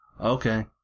Okay